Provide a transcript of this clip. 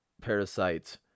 parasites